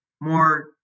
more